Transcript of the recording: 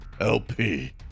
LP